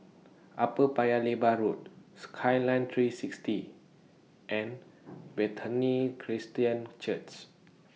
Upper Paya Lebar Road Skyline three sixty and Bethany Christian Church